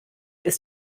ist